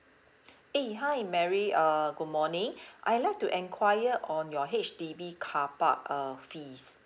eh hi mary uh good morning I'd like to enquire on your H_D_B carpark uh fees